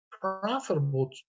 profitable